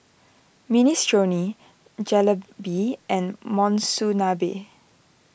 Minestrone Jalebi and Monsunabe